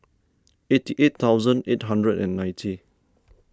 eighty eight thousand eight hundred and ninety